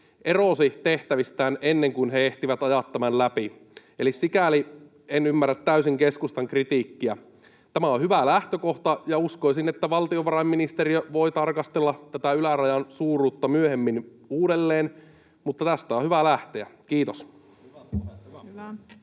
erosi tehtävistään ennen kuin he ehtivät ajaa tämän läpi. Eli sikäli en ymmärrä täysin keskustan kritiikkiä. Tämä on hyvä lähtökohta, ja uskoisin, että valtiovarainministeriö voi tarkastella tätä ylärajan suuruutta myöhemmin uudelleen. Mutta tästä on hyvä lähteä. — Kiitos. [Speech